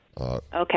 Okay